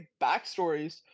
backstories